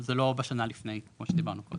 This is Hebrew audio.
בעצם זה לא בשנה לפני כמו שדיברנו קודם.